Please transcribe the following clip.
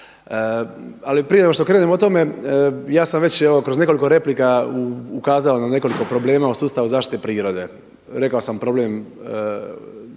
Ali prije nego što krenem o tome ja sam već kroz nekoliko replika ukazao na nekoliko problema o sustavu zaštite prirode. Rekao sam problem